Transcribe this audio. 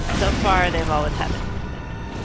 so far they've always had assistants.